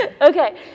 okay